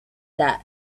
that